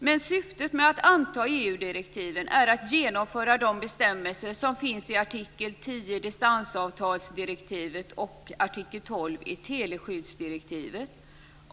Men syftet med att anta EU-direktiven är att genomföra de bestämmelser som finns i artikel 10, distansavtalsdirektivet, och i artikel 12, teledataskyddsdirektivet.